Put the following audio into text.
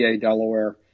Delaware